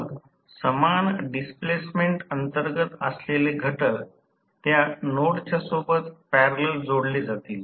मग समान डिस्प्लेसमेंट अंतर्गत असलेले घटक त्या नोडच्या सोबत पॅरलल जोडले जातील